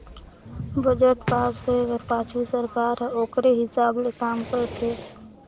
budget pass होए कर पाछू सरकार हर ओकरे हिसाब ले काम करथे